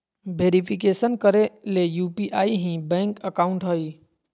verification करे ले UPI ही बैंक अकाउंट हइ